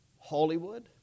Hollywood